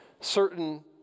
certain